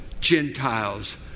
Gentiles